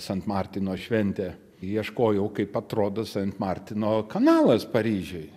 sant martino šventė ieškojau kaip atrodo sant martino kanalas paryžiuj